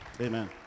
Amen